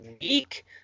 week